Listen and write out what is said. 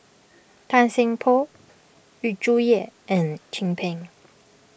Tan Seng Poh Yu Zhuye and Chin Peng